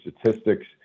Statistics